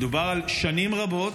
מדובר על שנים רבות,